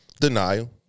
Denial